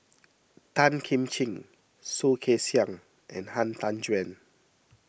Tan Kim Ching Soh Kay Siang and Han Tan Juan